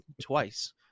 twice